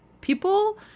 people